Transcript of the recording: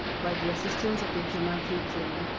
by the assistance of their tumultuary train,